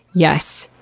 yes,